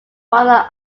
father